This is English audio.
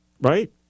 right